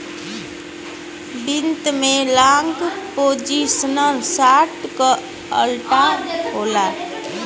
वित्त में long position short क उल्टा होला